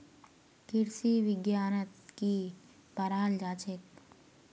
कृषि विज्ञानत की पढ़ाल जाछेक